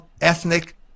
ethnic